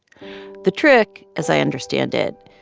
the trick, as i understand it,